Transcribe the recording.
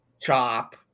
chop